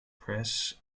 press